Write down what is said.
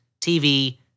TV